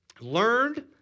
learned